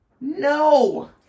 No